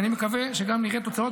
ואני מקווה שגם נראה תוצאות,